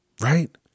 Right